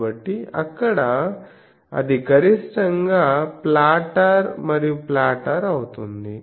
కాబట్టి అక్కడ అది గరిష్టంగా ఫ్లాటర్ మరియు ఫ్లాటర్ అవుతుంది